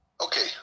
Okay